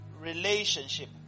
Relationship